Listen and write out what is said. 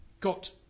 got